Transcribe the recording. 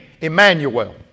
Emmanuel